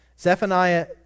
Zephaniah